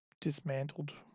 dismantled